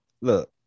Look